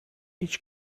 each